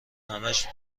همش